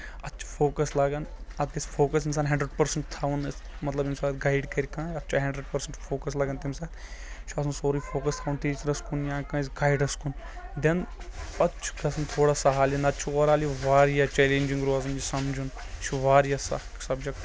اَتھ چھُ فوکس لگان اَتھ گژھِ فوکس اِنسان ہنڈرڈ پٔرسنٹ تھاوُن مطلب ییٚمہِ ساتہٕ گایِڈ کرِ کانٛہہ اَتھ چھُ ہنڈرڈ پٔرسنٹ فوکس لگان تٔمہِ ساتہٕ یہِ چھُ آسان سورُے فوکس تھاوُن ٹیٖچرس کُن یا کأنٛسہِ گایِڈس کُن دٮ۪ن پتہٕ چھُ گژھن تھوڑا سہل یہِ نَتہٕ چھُ اُور آل یہِ واریاہ چلینجِنگ روزان یہِ سمجُن یہِ چھُ واریاہ سخت سبجیکٹ